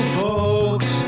folks